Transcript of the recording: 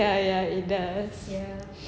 ya ya it does